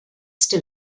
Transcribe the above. still